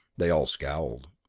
they all scowled.